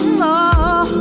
more